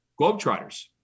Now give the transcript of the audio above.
Globetrotters